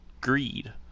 greed